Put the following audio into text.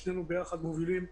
אנחנו ישבנו עם חברות התעופה